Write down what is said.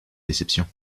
déception